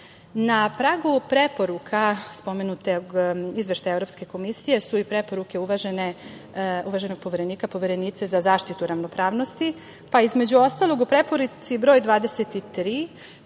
pragu preporuka spomenutog Izveštaja Evropske komisije su i preporuke uvaženog Poverenika, Poverenice za zaštitu ravnopravnosti pa između ostalog u Preporuci broj 23.